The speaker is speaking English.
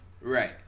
Right